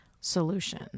solution